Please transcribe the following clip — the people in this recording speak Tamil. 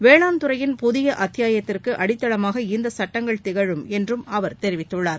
வேளாண் துறையின் புதிய அத்தியாயத்திற்கு அடித்தளமாக இந்த சட்டங்கள் திகழும் என்றும் அவர் தெரிவித்துள்ளார்